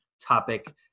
topic